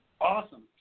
Awesome